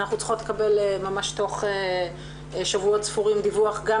אנחנו צריכות לקבל ממש תוך שבועות ספורים דיווח גם